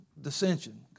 dissension